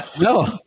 No